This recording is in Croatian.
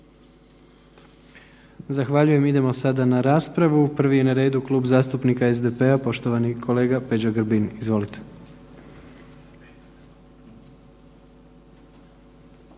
Zahvaljujem. Idemo sada na raspravu. Prvi je na redu Klub zastupnika SDP-a poštovani kolega Peđa Grbin. Izvolite.